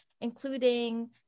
including